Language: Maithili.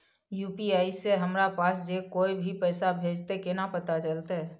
यु.पी.आई से हमरा पास जे कोय भी पैसा भेजतय केना पता चलते?